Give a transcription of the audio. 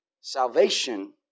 Salvation